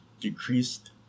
decreased